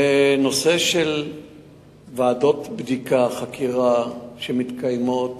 בוועדות בדיקה וחקירה שמתקיימות,